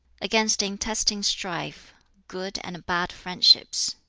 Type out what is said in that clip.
against intestine strife good and bad friendships